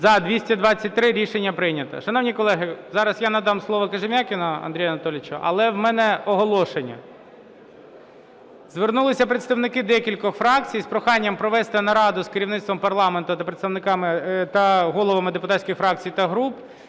За-223 Рішення прийнято. Шановні колеги, зараз я надам слово Кожем'якіну Андрію Анатолійовичу, але в мене оголошення. Звернулися представники декількох фракцій з проханням провести нараду з керівництвом парламенту та головами депутатських фракцій та груп